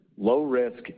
low-risk